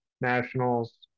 nationals